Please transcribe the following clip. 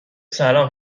سلام